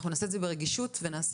אנחנו נעשה את זה ברגישות ובתבונה,